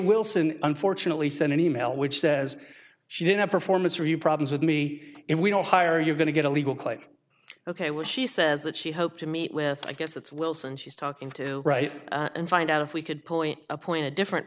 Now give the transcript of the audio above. wilson unfortunately sent an e mail which says she did a performance review problems with me if we don't hire you're going to get a legal claim ok what she says that she hoped to meet with i guess that's wilson she's talking to right and find out if we could point appoint a different